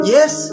Yes